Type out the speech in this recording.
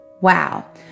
Wow